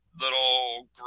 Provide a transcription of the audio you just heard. little